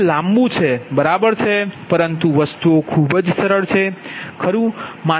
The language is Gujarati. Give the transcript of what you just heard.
તે લાંબુ છે બરાબર છે પરંતુ વસ્તુઓ ખૂબ સરળ છે ખરું